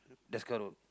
Deskar road